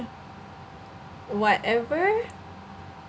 whatever